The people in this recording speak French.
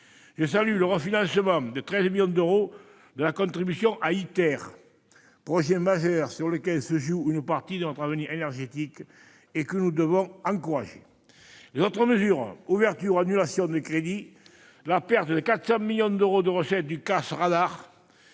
Je salue le refinancement de 13 millions d'euros de la contribution française à ITER, projet majeur avec lequel se joue une partie de notre avenir énergétique et que nous devons encourager. Les autres mesures d'ouverture ou d'annulation de crédits, la perte de recettes de 400 millions d'euros du compte d'affectation